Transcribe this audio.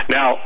Now